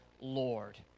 Lord